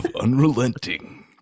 unrelenting